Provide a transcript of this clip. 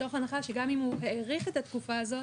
מתוך הנחה שגם אם הוא האריך את התקופה הזאת,